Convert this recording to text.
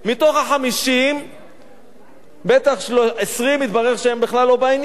מתוך ה-50 בטח 20 יתברר שהם בכלל לא בעניין.